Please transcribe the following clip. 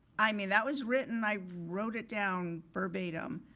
i mean, that was written. i wrote it down verbatim.